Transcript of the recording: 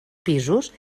pisos